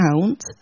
count